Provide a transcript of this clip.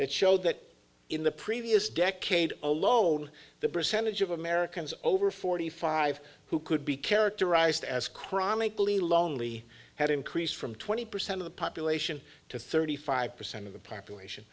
that showed that in the previous decade alone the percentage of americans over forty five who could be characterized as chronically lonely had increased from twenty percent of the population to thirty five percent of the population